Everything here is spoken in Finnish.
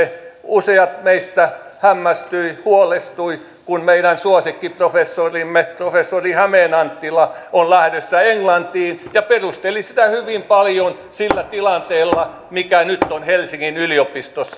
useat meistä hämmästyivät ja huolestuivat kun meidän suosikkiprofessorimme professori hämeen anttila on lähdössä englantiin ja hän perusteli sitä hyvin paljon sillä tilanteella mikä nyt on helsingin yliopistossa